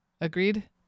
Agreed